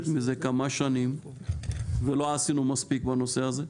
מזה כמה שנים ולא עשינו מספיק בנושא הזה.